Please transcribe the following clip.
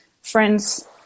friends